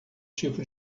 tipo